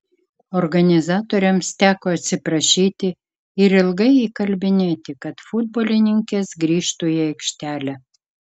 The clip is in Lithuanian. organizatoriams teko atsiprašyti ir ilgai įkalbinėti kad futbolininkės grįžtų į aikštelę